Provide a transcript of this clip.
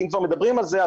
אם מדברים עלזה,